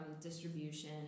distribution